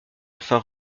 enfin